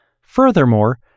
Furthermore